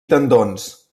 tendons